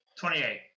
28